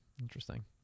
Interesting